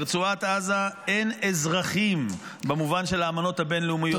ברצועת עזה אין אזרחים במובן של האמנות הבין-לאומיות,